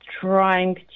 trying